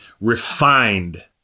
refined